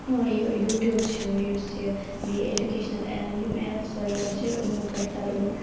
یہِ یوٗٹیوٗب چھِ یُس یہِ بیٚیہِ ایجوٗکیشنَل اے یِم ایپٕس وغیرہ چھِ یِمو پٮ۪ٹھ پَرُن